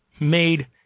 made